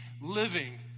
living